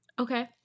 Okay